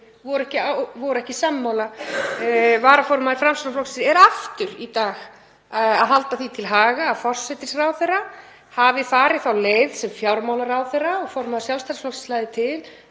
voru ekki sammála. Varaformaður Framsóknarflokksins er aftur í dag að halda því til haga að forsætisráðherra hafi farið þá leið sem fjármálaráðherra og formaður Sjálfstæðisflokksins lagði til